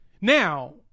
Now